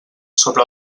sobre